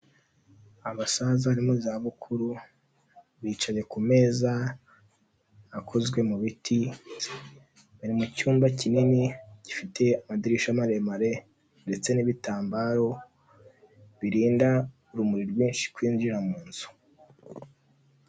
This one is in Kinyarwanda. Abasaza bari mu zabukuru, bicaye ku meza akozwe mu biti, bari mu cyumba kinini gifite amadirishya maremare ndetse n'ibitambaro birinda urumuri rwinshi kwinjira mu nzu.